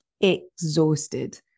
exhausted